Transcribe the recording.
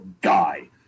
guy